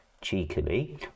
cheekily